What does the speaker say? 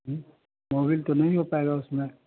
Mobil तो नहीं हो पाएगा उसमें